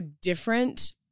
different